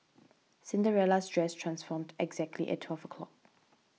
Cinderella's dress transformed exactly at twelve o' clock